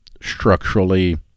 structurally